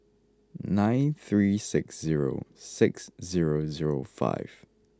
nine three six zero six zero zero five